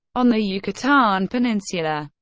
on the yucatan peninsula,